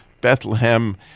Bethlehem